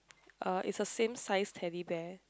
uh is a same size Teddy Bear